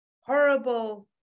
horrible